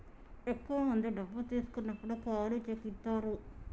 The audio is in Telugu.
ఎక్కువ మంది డబ్బు తీసుకున్నప్పుడు ఖాళీ చెక్ ఇత్తారు